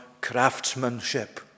craftsmanship